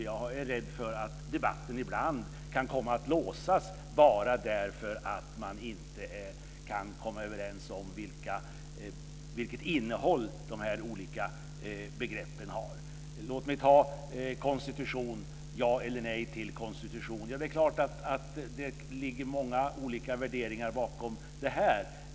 Jag är rädd för att debatten ibland kan låsas bara därför att man inte kan komma överens om vilket innehåll de olika begreppen har. Låt mig ta ja eller nej till konstitution som exempel. Det är klart att det ligger många olika värderingar bakom det.